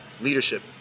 leadership